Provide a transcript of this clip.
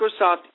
Microsoft